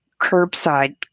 curbside